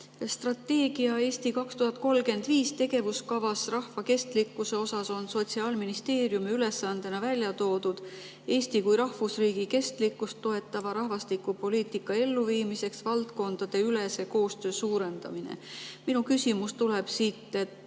Strateegia "Eesti 2035" tegevuskavas on rahva kestlikkuse osas Sotsiaalministeeriumi ülesandena välja toodud Eesti kui rahvusriigi kestlikkust toetava rahvastikupoliitika elluviimiseks valdkondadeülese koostöö suurendamine. Minu küsimus tulebki siit.